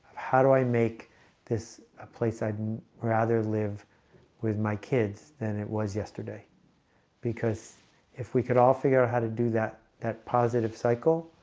how do i make this ah place? i'd rather live with my kids than it was yesterday because if we could all figure out how to do that that positive cycle,